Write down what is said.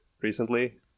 recently